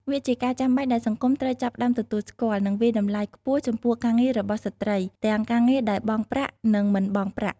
វាជាការចាំបាច់ដែលសង្គមត្រូវចាប់ផ្តើមទទួលស្គាល់ និងវាយតម្លៃខ្ពស់ចំពោះការងាររបស់ស្ត្រី ទាំងការងារដែលបង់ប្រាក់ និងមិនបង់ប្រាក់។